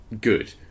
good